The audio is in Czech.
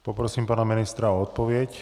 Poprosím pana ministra o odpověď.